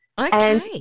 Okay